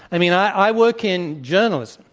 i mean, i work in journalism,